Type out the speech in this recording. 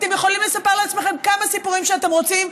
אתם יכולים לספר לעצמכם כמה סיפורים שאתם רוצים,